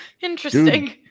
Interesting